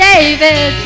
David